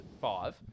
five